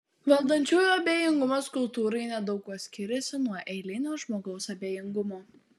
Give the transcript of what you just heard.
valdančiųjų abejingumas kultūrai nedaug kuo skiriasi nuo eilinio žmogaus abejingumo